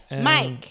Mike